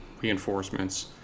reinforcements